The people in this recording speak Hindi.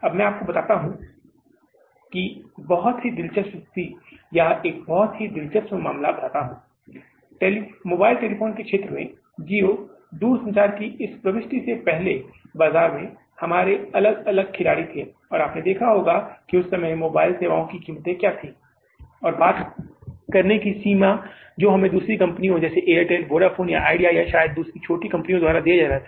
अब मैं आपको बताता हूं कि बहुत ही दिलचस्प स्थिति या एक बहुत ही दिलचस्प मामला बताता हूँ मोबाइल टेलीफोन क्षेत्र में Jio दूरसंचार की इस प्रविष्टि से पहले बाजार में हमारे अलग अलग खिलाड़ी थे और आपने देखा होगा कि उस समय मोबाइल सेवाओं की कीमत क्या थी और बात करने की समय सीमा जो हमें दूसरी कंपनियों जैसे एयरटेल वोडाफोन या आइडिया या शायद दूसरी छोटी कंपनियों द्वारा दिया जा रहा था